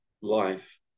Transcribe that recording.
life